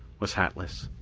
was hatless.